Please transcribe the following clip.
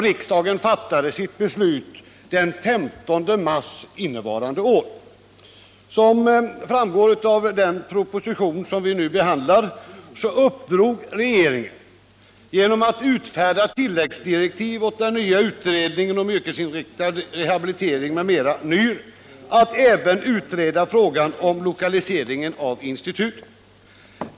Riksdagen fattade sitt beslut den 15 mars innevarande år. Som framgår av den proposition som vi nu behandlar uppdrog regeringen, genom att utfärda tilläggsdirektiv, åt den nya utredningen om yrkesinriktad rehabilitering m.m. att även utreda frågan om lokalisering av institutet.